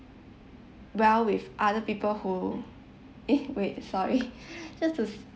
well with other people who eh wait sorry just to